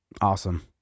Awesome